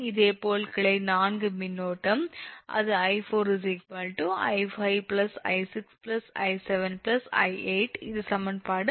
இதேபோல் கிளை 4 மின்னோட்டம் அது 𝐼4 𝑖5𝑖6𝑖7𝑖8 இது சமன்பாடு 14